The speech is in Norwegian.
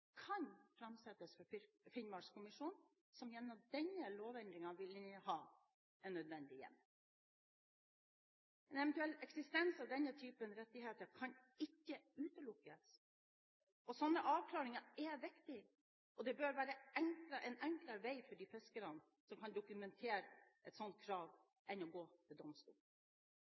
kan framsettes for Finnmarkskommisjonen, som gjennom denne lovendringen vil inneha den nødvendige hjemmel. En eventuell eksistens av denne typen rettigheter kan ikke utelukkes. Slike avklaringer er viktig, og det bør være en enklere vei for de fiskerne som kan dokumentere et slikt krav, enn å gå til domstolen.